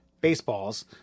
baseballs